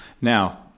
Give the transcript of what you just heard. Now